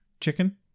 chicken